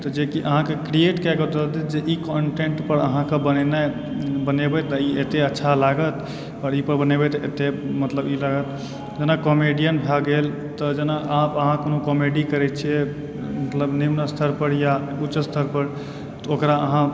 तऽ जेकि अहाँके क्रिएट कएकऽ दऽ देत जे ई कन्टेन्ट पर अहाँकऽ बनेनाइ बनेबय तऽ ई एतय अच्छा लागत आओर ई पर बनेबय तऽ मतलब ई लागत जेना कॉमेडियन भऽ गेल तऽ जेना आब अहाँ कोनो कॉमेडी करैत छियै मतलब निम्न स्तर पर या उच्च स्तर पर ओकरा अहाँ